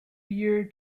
year